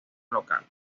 local